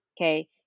Okay